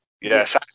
Yes